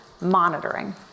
monitoring